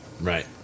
Right